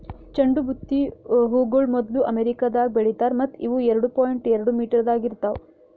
ಚಂಡು ಬುತ್ತಿ ಹೂಗೊಳ್ ಮೊದ್ಲು ಅಮೆರಿಕದಾಗ್ ಬೆಳಿತಾರ್ ಮತ್ತ ಇವು ಎರಡು ಪಾಯಿಂಟ್ ಎರಡು ಮೀಟರದಾಗ್ ಇರ್ತಾವ್